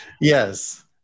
Yes